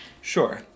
Sure